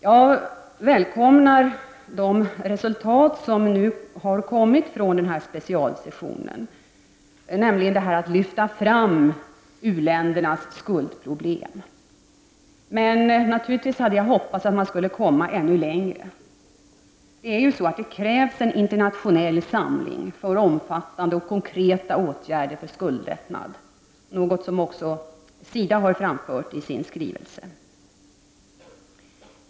Jag välkomnar det resultat som nu har kommit från denna specialsession och som innebär att man lyfter fram u-ländernas skuldproblem. Men naturligtvis hade jag hoppats att man skulle komma ännu längre. Det krävs ju en internationell samling för omfattande och konkreta åtgärder för skuldlättnad, något som också SIDA har framhållit i sin skrivelse.